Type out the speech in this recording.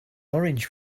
orange